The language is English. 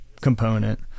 component